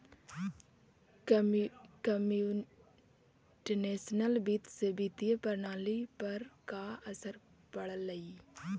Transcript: computational वित्त से वित्तीय प्रणाली पर का असर पड़लइ